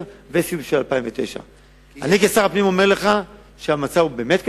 2010 והסיום של 2009. אני כשר הפנים אומר לך שהמצב באמת קשה,